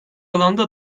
alanda